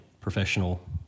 professional